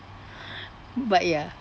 but ya